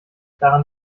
daran